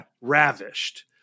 ravished